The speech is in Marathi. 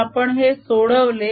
जर आपण हे सोडवले